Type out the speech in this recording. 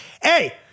Hey